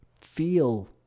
feel